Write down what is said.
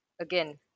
again